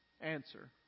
answer